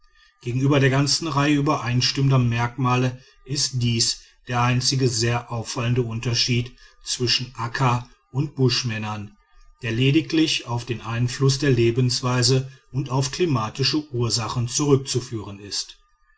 gegenüber der ganzen reihe übereinstimmender merkmale ist dies der einzige sehr auffallende unterschied zwischen akka und buschmännern der lediglich auf den einfluß der lebensweise und auf klimatische ursachen zurückzuführen ist